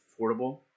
affordable